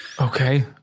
Okay